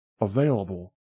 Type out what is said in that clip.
Available